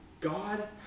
God